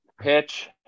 Pitch